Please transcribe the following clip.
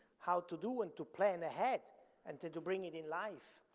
how to do and to plan ahead and to to bring it in life.